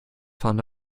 found